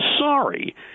Sorry